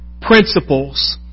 principles